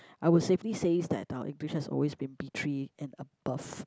I would safely says that our English has always been B three and above